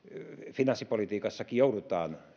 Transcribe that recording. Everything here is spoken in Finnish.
finanssipolitiikassakin joudutaan